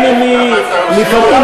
אני מקשיב לעצה שלהם,